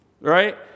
right